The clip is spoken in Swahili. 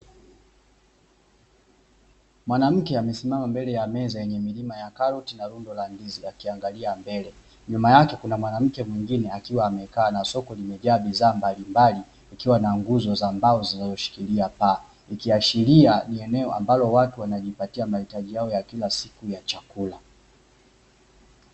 Mwanamke amesimama mbele ya meza yenye milima wa karoti na rundo la ndizi akiangalia mbele. Nyuma yake kuna mwanamke mwingine akiwa amekaa na soko limejaa bidhaa mbalimbali, kukiwa na nguzo za mbao zinazoshikilia paa. Ikiashiria ni eneo ambalo watu wanajipatia mahitaji yao ya kila siku ya chakula.